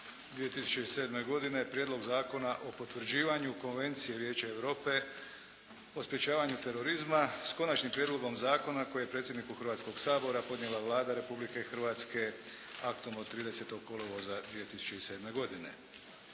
2007. godine Prijedlog zakona o potvrđivanju Konvencije Vijeća Europe o sprječavanju terorizma, s konačnim prijedlogom zakona koji je predsjedniku Hrvatskog sabora podnijela Vlada Republike Hrvatske aktom od 30. kolovoza 2007. godine.